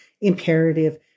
imperative